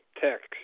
text